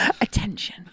Attention